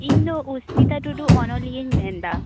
ᱤᱧᱫᱚ ᱚᱥᱢᱤᱛᱟ ᱴᱩᱰᱩ ᱚᱱᱚᱞᱤᱭᱟ ᱧ ᱢᱮᱱᱫᱟ